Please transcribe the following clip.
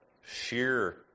sheer